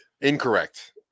Incorrect